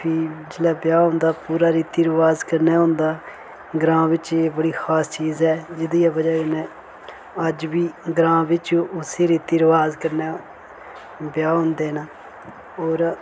फ्ही जिल्लै ब्याह होंदा पूरा रीति रिवाज कन्नै होंदा ग्रांऽ बिच एह् बड़ी खास चीज ऐ जेह्दी बजह कन्नै अज्ज बी ग्रांऽ बिच उस्सै रीति रिवाज कन्नै ब्याह होंदे न और